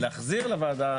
להחזיר לוועדה,